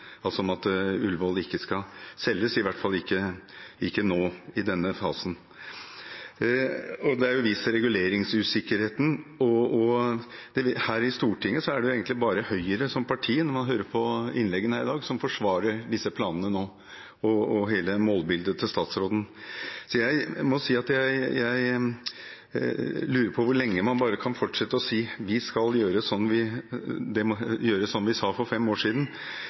ikke skal selges, i hvert fall ikke nå, i denne fasen. Det er vist til reguleringsusikkerheten. Her i Stortinget er det, når man hører på innleggene i dag, egentlig bare Høyre som parti som nå forsvarer disse planene og hele målbildet til statsråden. Jeg må si at jeg lurer på hvor lenge man bare kan fortsette å si at vi skal gjøre som vi sa for fem år siden.